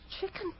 Chicken